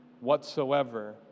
whatsoever